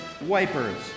Wipers